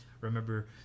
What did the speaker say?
Remember